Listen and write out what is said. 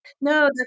No